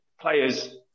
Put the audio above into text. players